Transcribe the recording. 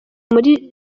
muri